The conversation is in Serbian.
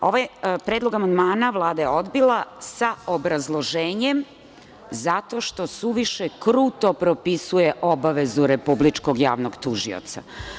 Ovaj predlog amandmana Vlada je odbila sa obrazloženjem zato što suviše kruto propisuje obaveze Republičkog javnog tužioca.